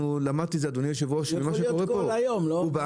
למדתי את זה כשראיתי מה קורה כאן, בכנסת.